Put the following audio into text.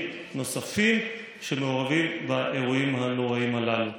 נוספים שמעורבים באירועים הנוראים הללו.